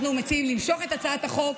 אנחנו מציעים למשוך את הצעת החוק,